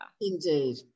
indeed